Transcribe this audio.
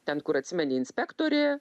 ten kur atsimeni inspektorė